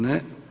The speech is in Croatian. Ne.